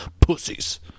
pussies